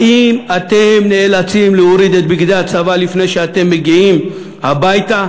האם אתם נאלצים להוריד את בגדי הצבא לפני שאתם מגיעים הביתה?